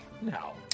No